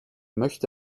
möchte